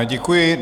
Děkuji.